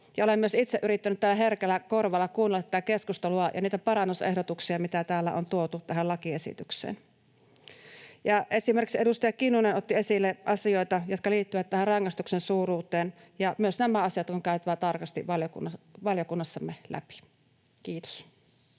olen myös itse yrittänyt täällä herkällä korvalla kuunnella tätä keskustelua ja niitä parannusehdotuksia, mitä täällä on tuotu tähän lakiesitykseen. Esimerkiksi edustaja Kinnunen otti esille asioita, jotka liittyvät näiden rangaistuksen suuruuteen, ja myös nämä asiat on käytävä tarkasti valiokunnassamme läpi. — Kiitos.